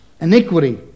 Iniquity